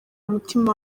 umutima